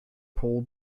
pool